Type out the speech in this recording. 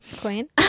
queen